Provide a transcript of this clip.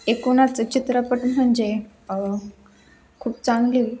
एकुणच चित्रपट म्हणजे खूप चांगली